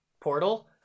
portal